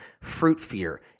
fruit-fear